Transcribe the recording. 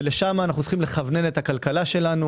ולשם אנו צריכים לכוונן את הכלכלה שלנו.